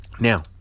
now